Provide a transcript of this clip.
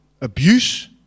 Abuse